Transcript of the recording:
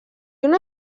una